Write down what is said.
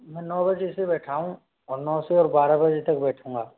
मैं नौ बजे से बैठा हूँ और नौ से और बारह बजे तक बैठूँगा